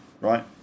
right